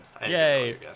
Yay